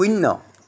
শূন্য